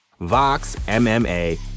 VOXMMA